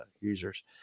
users